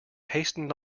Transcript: hastened